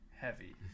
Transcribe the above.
heavy